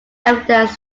evidence